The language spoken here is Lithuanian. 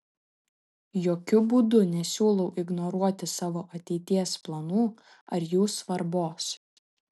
jokiu būdu nesiūlau ignoruoti savo ateities planų ar jų svarbos